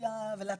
ולמדיה ולטלגרם,